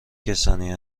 کسانی